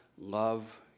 love